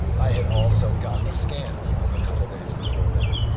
i had also gotten a scan a couple days before there.